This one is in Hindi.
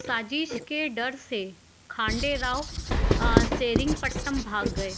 साजिश के डर से खांडे राव सेरिंगपट्टम भाग गए